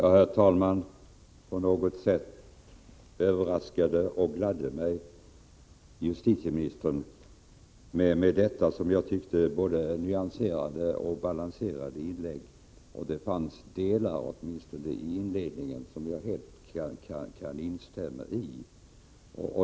Herr talman! På något sätt överraskade och gladde mig justitieministern med sitt, som jag tyckte, både nyanserade och balanserade inlägg. Det fanns åtminstone i inledningen delar som jag helt kan instämma i.